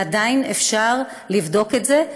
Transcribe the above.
ועדיין אפשר לבדוק את זה,